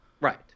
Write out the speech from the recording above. Right